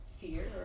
fear